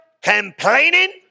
complaining